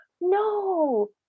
no